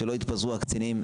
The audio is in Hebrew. שלא יתפזרו הקצינים.